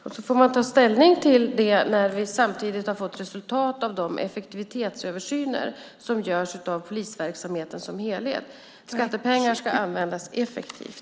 Sedan får man ta ställning till det när vi har fått resultatet av de effektivitetsöversyner som görs av polisverksamheten som helhet. Skattepengar ska användas effektivt.